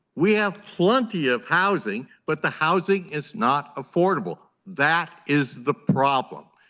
we have plenty of housing, but the housing is not affordable. that is the problem.